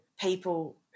people